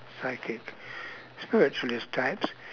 psychics spiritualist types